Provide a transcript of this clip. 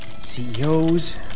CEOs